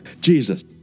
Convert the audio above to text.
Jesus